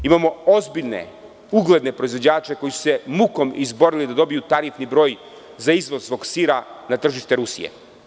Imamo ozbiljne, ugledne proizvođače koji su se mukom izborili da dobiju tarifni broj za izvoz svog sira na tržište Rusije.